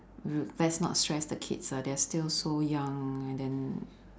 best not stress the kids ah they're still so young and then